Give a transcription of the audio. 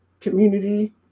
community